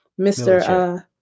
Mr